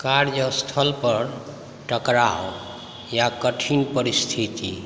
कार्यस्थलपर टकराव या कठिन परिस्थिति